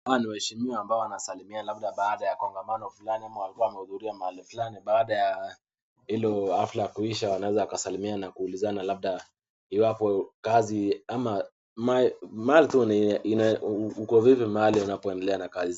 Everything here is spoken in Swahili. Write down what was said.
Hawa ni waheshimiwa ambao wanasalimiana labda baada ya kongamano flani ama walikuwa wamehudhuria mahali flani, baada ya hilo hafla kuisha wanaeza wakasalimiana na kuulizana labda iwapo kazi ama mahali tu ni-- uko vipi mahali unaendelea na kazi.